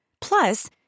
Plus